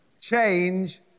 Change